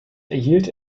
erhielt